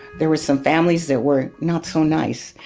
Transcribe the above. there were some families that were not so nice.